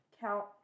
count